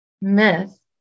myth